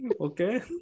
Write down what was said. Okay